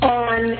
on